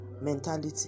mentality